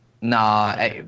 Nah